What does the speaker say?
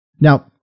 Now